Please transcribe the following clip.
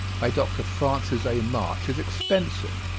by dr. francis a. march, is expensive,